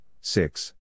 six